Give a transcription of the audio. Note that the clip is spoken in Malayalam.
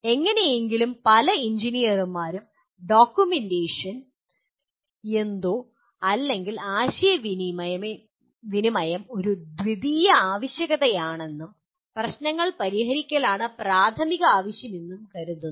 എങ്ങനെയെങ്കിലും പല എഞ്ചിനീയർമാരും ഡോക്യുമെന്റേഷൻ അല്ലെങ്കിൽ ആശയവിനിമയം ഒരു ദ്വിതീയ ആവശ്യകതയാണെന്നും പ്രശ്നങ്ങൾ പരിഹരിക്കലാണ് പ്രാഥമിക ആവശ്യമെന്നും കരുതുന്നു